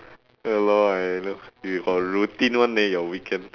ya lor I know you got routine [one] leh your weekend